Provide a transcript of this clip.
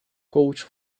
coach